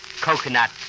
coconut